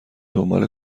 دنبال